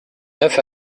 neuf